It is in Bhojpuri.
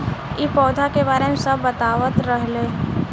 इ पौधा के बारे मे सब बतावत रहले